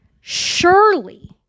surely